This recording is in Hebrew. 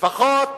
לפחות